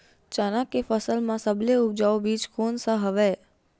चना के फसल म सबले उपजाऊ बीज कोन स हवय?